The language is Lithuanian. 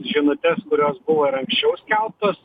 žinutes kurios buvo ir anksčiau skelbtos